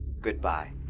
goodbye